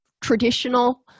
traditional